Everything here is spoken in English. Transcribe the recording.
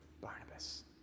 Barnabas